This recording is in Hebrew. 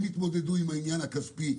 הם יתמודדו עם העניין הכספי.